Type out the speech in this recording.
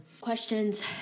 Questions